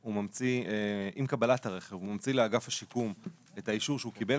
הוא ממציא לאגף השיקום את האישור שהוא קיבל